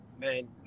man